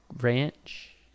ranch